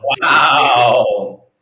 Wow